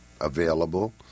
available